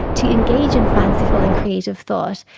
to engage in fanciful and creative thought,